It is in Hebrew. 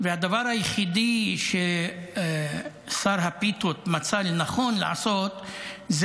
והדבר היחיד ששר הפיתות מצא לנכון לעשות הוא